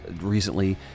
recently